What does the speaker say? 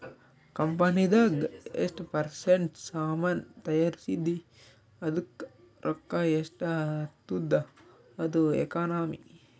ಕಂಪನಿದಾಗ್ ಎಷ್ಟ ಪರ್ಸೆಂಟ್ ಸಾಮಾನ್ ತೈಯಾರ್ಸಿದಿ ಅದ್ದುಕ್ ರೊಕ್ಕಾ ಎಷ್ಟ ಆತ್ತುದ ಅದು ಎಕನಾಮಿ